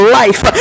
life